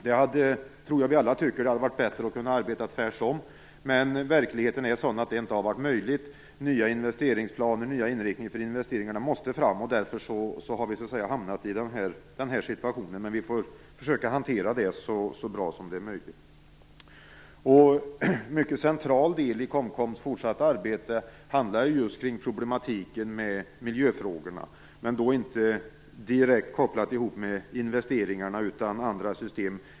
Jag tror att vi alla tycker att det hade varit bättre att kunna göra tvärt om. Men verkligheten är sådan att det inte har varit möjligt. Nya investeringsplaner, nya inriktningar för investeringarna, måste fram. Därför har vi hamnat i den här situationen, men vi får försöka hantera det så bra som möjligt. En mycket central del i KOMKOM:s fortsatta arbete handlar just om problematiken med miljöfrågorna. Men då är det inte direkt kopplat till investeringarna utan till andra system.